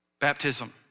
baptism